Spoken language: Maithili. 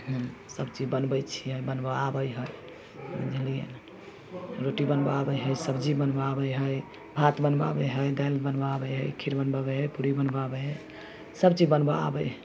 सबचीज बनबै छिए बनबऽ आबै हइ बुझलिए ने रोटी बनबऽ आबै हइ सब्जी बनबऽ आबै हइ भात बनबऽ आबै हइ दालि बनबऽ आबै हइ खीर बनबऽ आबै हइ पूड़ी बनबऽ आबै हइ सबचीज बनबऽ आबै हइ